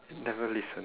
never listen